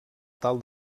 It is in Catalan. tal